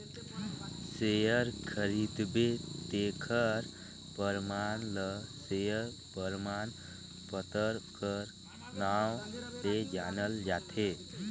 share खरीदबे तेखर परमान ल सेयर परमान पतर कर नांव ले जानल जाथे